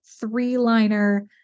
three-liner